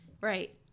Right